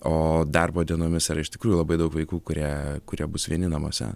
o darbo dienomis yra iš tikrųjų labai daug vaikų kurie kurie bus vieni namuose